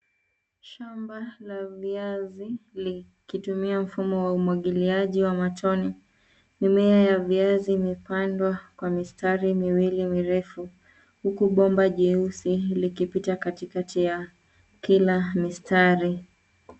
Shamba la viazi likitumia mfumo wa umwagiliaji wa matone. Mimea ya viazi imepandwa kwa mistari miwili mirefu, huku bomba jeusi likipita katikati ya kila mistari.